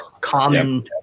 common